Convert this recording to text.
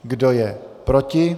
Kdo je proti?